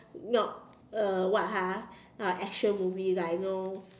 not uh what ha action movie like you know